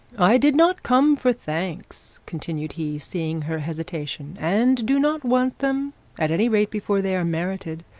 i did not come for thanks continued he, seeing her hesitation and do not want them at any rate before they are merited.